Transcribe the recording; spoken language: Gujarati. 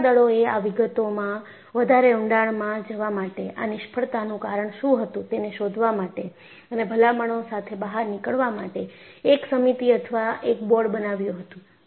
નૌકાદળોએ આ વિગતોમાં વધારે ઊંડાણમાં જવા માટે આ નિષ્ફળતાનું કારણ શું હતું તેને શોધવા માટે અને ભલામણો સાથે બહાર નીકળવા માટે એક સમિતિ અથવા એક બોર્ડ બનાવ્યું હતું